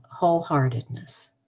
wholeheartedness